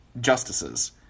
justices